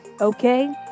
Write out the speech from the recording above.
okay